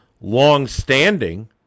long-standing